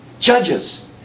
Judges